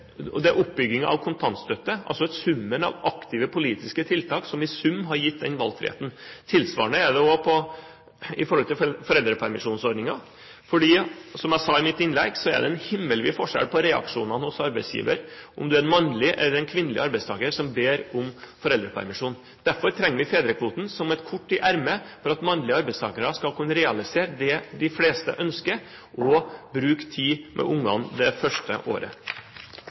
en barnehage, og oppbygging av kontantstøtten – altså summen av aktive politiske tiltak – som har gitt den valgfriheten. Tilsvarende gjelder foreldrepermisjonsordninger. For som jeg sa i mitt innlegg, er det himmelvid forskjell på reaksjonene hos en arbeidsgiver om det er en mannlig eller kvinnelig arbeidstaker som ber om foreldrepermisjon. Derfor trenger vi fedrekvoten som et kort i ermet for at mannlige arbeidstakere skal kunne realisere det de fleste ønsker, å bruke tid med ungene det første året.